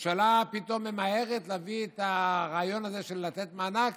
הממשלה פתאום ממהרת להביא את הרעיון הזה של לתת מענק